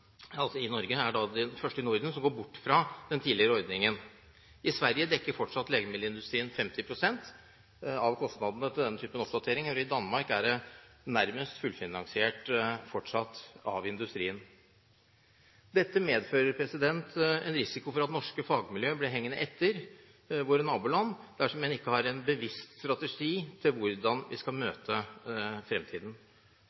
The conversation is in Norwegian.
går bort fra den tidligere ordningen. I Sverige dekker fortsatt legemiddelindustrien 50 pst. av kostnadene til denne typen oppdatering, mens i Danmark er det fortsatt nærmest fullfinansiert av industrien. Dette medfører en risiko for at norske fagmiljø blir hengende etter våre naboland dersom en ikke har en bevisst strategi for hvordan vi skal